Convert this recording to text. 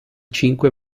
cinque